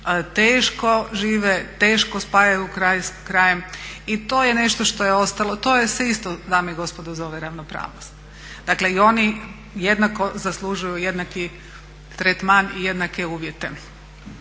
teško žive, teško spajaju kraj s krajem i to je nešto što je ostalo, to se isto dame i gospodo zove ravnopravnost. Dakle, i oni jednako zaslužuju jednaki tretman i jednake uvjete.